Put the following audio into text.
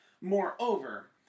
Moreover